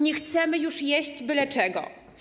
Nie chcemy już jeść byle czego.